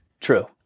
true